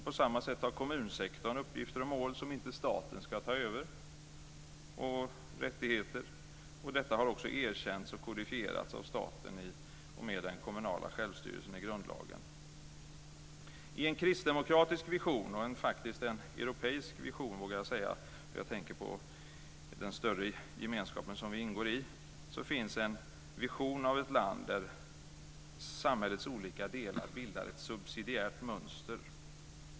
På samma sätt har kommunsektorn uppgifter, mål och rättigheter som inte staten ska ta över. Detta har också erkänts och kodifierats av staten i och med den kommunala självstyrelsen i grundlagen. I en kristdemokratisk vision - och europeisk vision, vågar jag säga; jag tänker på den större gemenskap vi ingår i - av ett land bildar samhällets olika delar ett subsidiärt mönster.